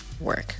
work